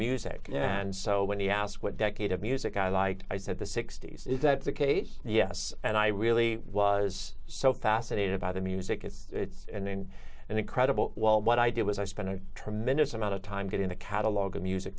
music and so when you ask what decade of music i like i said the sixty's is that the case yes and i really was so fascinated by the music of it and then an incredible well what i did was i spent a tremendous amount of time getting a catalog of music